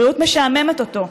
בריאות משעממת אותו.